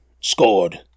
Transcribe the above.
scored